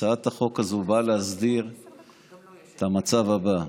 הצעת החוק הזאת באה להסדיר את המצב הבא: